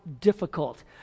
difficult